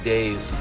Dave